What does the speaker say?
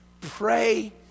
Pray